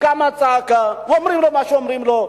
קמה צעקה, אומרים לו מה שאומרים לו.